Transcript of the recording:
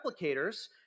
replicators